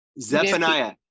Zephaniah